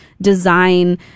design